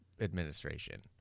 administration